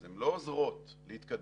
והן לא עוזרות להתקדם.